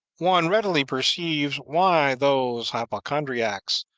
one readily perceives why those hypochondriacs,